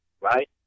right